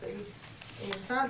סעיף (1).